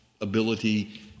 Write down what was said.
ability